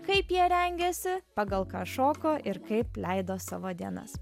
kaip jie rengėsi pagal ką šoko ir kaip leido savo dienas